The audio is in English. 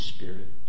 Spirit